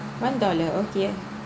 one dollar okay